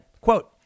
quote